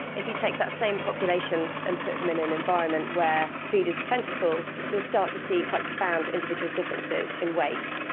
if you take that same population and put them in an environment where food is plentiful you'll start to see quite profound individual difference in weight.